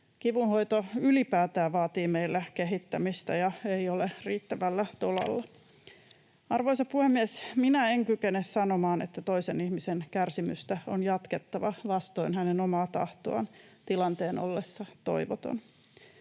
Kivunhoito ylipäätään vaatii meillä kehittämistä ja ei ole riittävällä tolalla. Arvoisa puhemies! Minä en kykene sanomaan, että toisen ihmisen kärsimystä on jatkettava vastoin hänen omaa tahtoaan tilanteen ollessa toivoton.